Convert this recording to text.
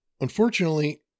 Unfortunately